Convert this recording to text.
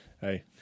Hey